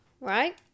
Right